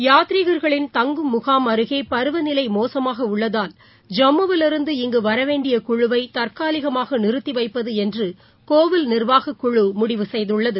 யாத்ரீகர்களின் தங்கும் முகாம் அருகேபருவநிலைமோசமாகஉள்ளதால் ஜம்முவிலிருந்து இங்கு வரவேண்டியகுழுவைதற்காலிகமாகநிறுத்திவைப்பதுஎன்றுகோவில் நிர்வாகக்குழுமுடிவு செய்துள்ளது